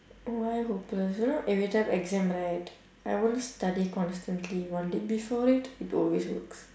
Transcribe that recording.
why hopeless you know every time exam right I won't study constantly one day before that it will always works